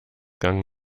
gang